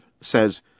says